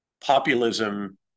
populism